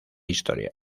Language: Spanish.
historia